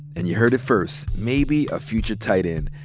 and you heard it first, maybe a future tight end,